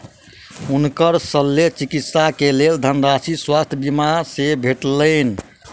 हुनकर शल्य चिकित्सा के लेल धनराशि स्वास्थ्य बीमा से भेटलैन